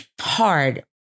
hard